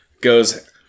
goes